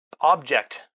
object